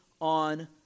on